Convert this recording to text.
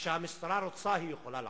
כשהמשטרה רוצה היא יכולה לעשות.